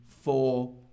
four